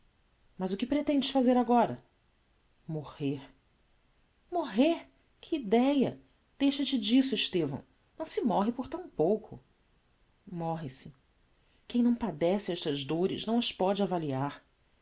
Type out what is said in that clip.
carta mas que pretendes fazer agora morrer morrer que ideia deixa-te disso estevão não se morre por tão pouco morre-se quem não padece estas dores não as póde avaliar